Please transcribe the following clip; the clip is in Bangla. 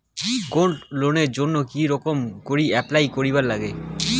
গোল্ড লোনের জইন্যে কি রকম করি অ্যাপ্লাই করিবার লাগে?